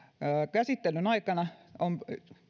käsittelyn aikana on